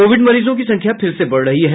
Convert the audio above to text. Covid मरीजों की संख्या फिर से बढ़ रही है